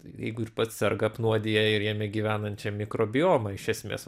jeigu ir pats serga apnuodija ir jame gyvenančią mikrobiomą iš esmės